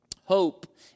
Hope